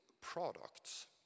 products